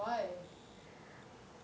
why